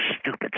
stupid